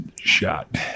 shot